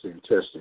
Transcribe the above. testing